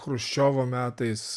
chruščiovo metais